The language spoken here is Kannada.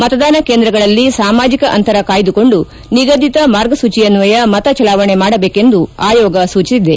ಮತದಾನ ಕೇಂದ್ರಗಳಲ್ಲಿ ಸಾಮಾಜಿಕ ಅಂತರ ಕಾಯ್ದುಕೊಂಡು ನಿಗದಿತ ಮಾರ್ಗಸೂಚಿಯನ್ನಯ ಮತ ಚಲಾವಣೆ ಮಾಡಬೇಕೆಂದು ಆಯೋಗ ಸೂಚಿಸಿದೆ